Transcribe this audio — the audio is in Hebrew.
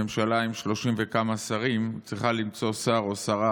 ממשלה עם 30 וכמה שרים צריכה למצוא שר או שרה